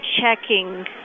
checking